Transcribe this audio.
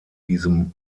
diesem